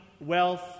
wealth